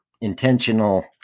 intentional